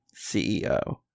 CEO